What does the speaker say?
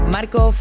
Marco